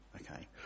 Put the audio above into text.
Okay